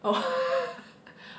oh